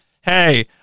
hey